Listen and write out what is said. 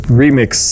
remix